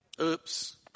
Oops